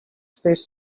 space